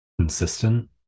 consistent